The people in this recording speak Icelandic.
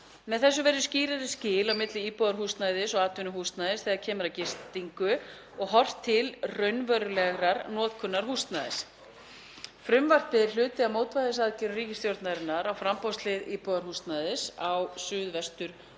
Með þessu verða skýrari skil á milli íbúðarhúsnæðis og atvinnuhúsnæðis þegar kemur að gistingu og horft til raunverulegrar notkunar húsnæðis. Frumvarpið er hluti af mótvægisaðgerðum ríkisstjórnarinnar á framboðshlið íbúðarhúsnæðis á suðvesturhorni